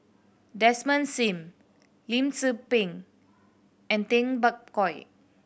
Desmond Sim Lim Tze Peng and Tay Bak Koi